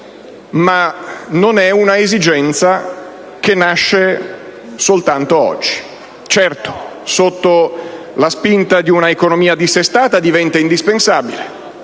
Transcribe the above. ma tale esigenza non nasce soltanto oggi; sotto la spinta di un'economia dissestata diventa indispensabile,